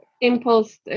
impulse